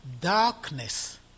darkness